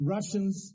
Russians